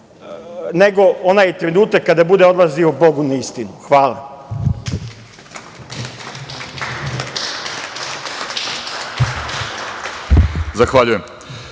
nego onaj trenutak kada bude odlazio Bogu na istinu. Hvala. **Vladimir